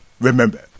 Remember